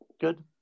Good